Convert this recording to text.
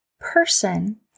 person